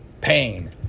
pain